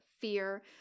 fear